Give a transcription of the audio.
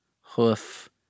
hoof